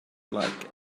like